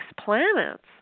planets